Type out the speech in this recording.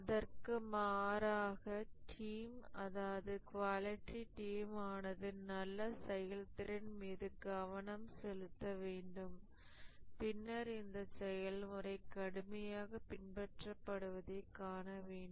அதற்கு மாறாக டீம் அதாவது குவாலிட்டி டீம் ஆனது நல்ல செயல்திறன் மீது கவனம் செலுத்த வேண்டும் பின்னர் இந்த செயல்முறை கடுமையாக பின்பற்றப்படுவதைக் காண வேண்டும்